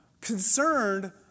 concerned